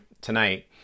tonight